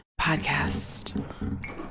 podcast